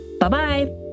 Bye-bye